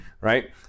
Right